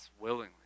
willingly